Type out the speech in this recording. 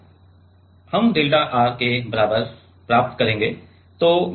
तो हम delta R के बराबर प्राप्त करेंगे